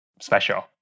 special